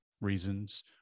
reasons